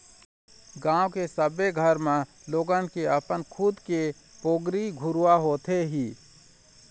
गाँव के सबे घर म लोगन के अपन खुद के पोगरी घुरूवा होथे ही